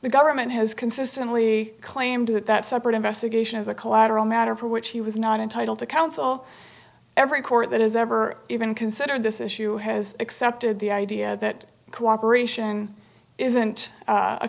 the government has consistently claimed that that separate investigation is a collateral matter for which he was not entitled to counsel every court that has ever even considered this issue has accepted the idea that cooperation isn't